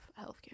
healthcare